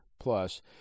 plus